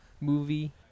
movie